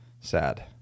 sad